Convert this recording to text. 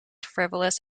frivolous